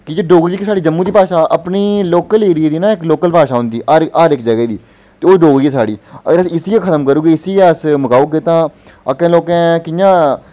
की जे साढ़ी जम्मू दी भाशा अपनी लोकल एरिये दी न लोकल भाशा होंदी हर इक हर इक जगह् दी ते ओह् डोगरी ऐ साढ़ी अगर अस इसी गै खत्म करी ओड़गे इसी गै मकाई ओड़गे तां अग्गें लोकें कि'यां बधना उस